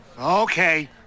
okay